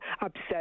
upset